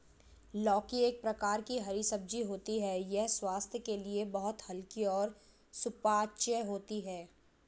लौकी एक प्रकार की हरी सब्जी होती है यह स्वास्थ्य के लिए बहुत हल्की और सुपाच्य होती है